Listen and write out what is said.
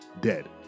dead